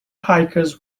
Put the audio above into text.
hikers